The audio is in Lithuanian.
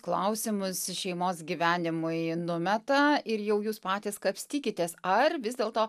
klausimus šeimos gyvenimui numeta ir jau jūs patys kapstykitės ar vis dėlto